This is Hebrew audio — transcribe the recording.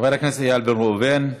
חבר הכנסת איל בן ראובן,